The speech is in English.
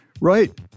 Right